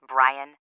Brian